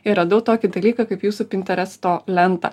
ir radau tokį dalyką kaip jūsų pinteresto lentą